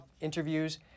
interviews